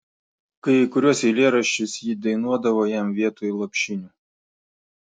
kai kuriuos eilėraščius ji dainuodavo jam vietoj lopšinių